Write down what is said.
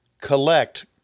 collect